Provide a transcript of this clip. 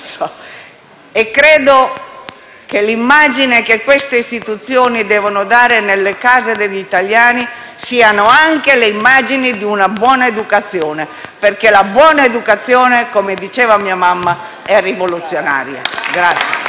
Credo che l'immagine che queste istituzioni devono dare nelle case degli italiani sia anche quella di una buona educazione, perché la buona educazione, come diceva mia mamma, è rivoluzionaria.